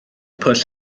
pwll